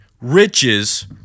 Riches